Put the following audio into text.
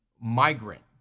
migrant